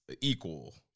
equal